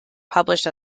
published